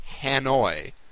Hanoi